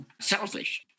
selfish